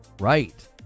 Right